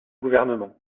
gouvernement